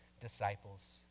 disciples